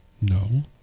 No